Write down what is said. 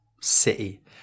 City